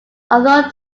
although